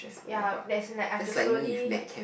ya that is like I have to slowly